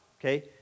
okay